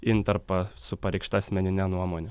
intarpą su pareikšta asmenine nuomone